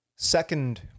Second